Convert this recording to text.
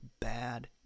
bad